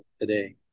today